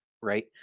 right